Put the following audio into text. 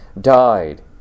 died